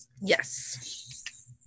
Yes